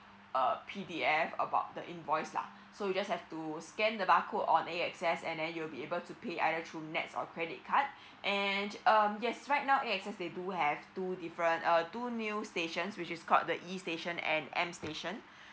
a P_D_F about the invoice lah so you just have to scan the barcode on A_X_S and then you'll be able to pay either through N E T S or credit card and um yes right now A_X_S they do have two different uh to new stations which is called the E station and M station